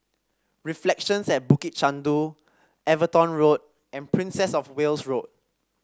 Reflections at Bukit Chandu Everton Road and Princess Of Wales Road